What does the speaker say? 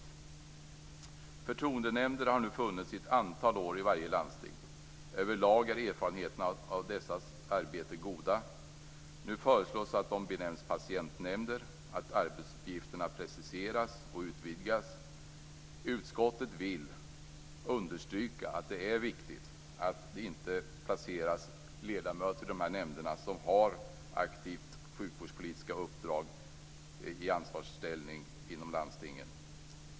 Förtroendenämnder har nu funnits ett antal år i varje landsting. Överlag är erfarenheterna av dessas arbete goda. Nu föreslås att de benämns patientnämnder, att arbetsuppgifterna preciseras och utvidgas. Utskottet vill understryka att det är viktigt att det inte placeras ledamöter i dessa nämnder som har sjukvårdspolitiska uppdrag i ansvarsställning inom landstingen.